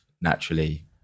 naturally